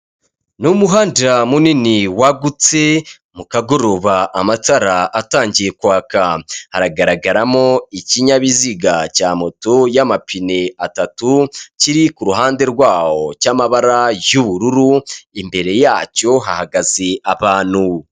Mu muhanda munini wagutse mu kagoroba amatara atangiye kwaka; haragaragaramo ikinyabiziga cya moto y'amapine atatu, kiri ku ruhande rwawo cy'amabara y'ubururu; imbere yacyo hahagaze abantu.